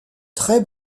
très